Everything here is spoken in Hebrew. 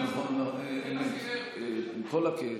עם כל הכאב.